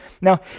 Now